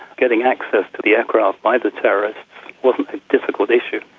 getting access to the aircraft by the terrorist wasn't a difficult issue.